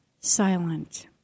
silent